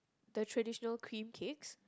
the traditional cream cakes